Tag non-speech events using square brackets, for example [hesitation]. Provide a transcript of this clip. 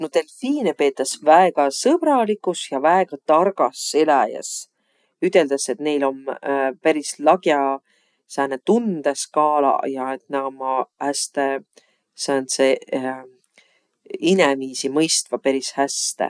No delfiine peetäs väega sõbraligus ja väega targas eläjäs. Üteldäs, et näil om [hesitation] peris lagja sääne tundõskaala ja et nä ommaq häste sääntseq [hesitation] inemiisi mõistvaq peris häste.